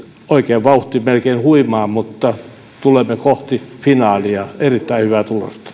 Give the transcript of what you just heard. oikein vauhti melkein huimaa mutta tulemme kohti finaalia erittäin hyvää